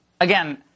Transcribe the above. Again